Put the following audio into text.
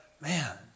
Man